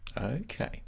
Okay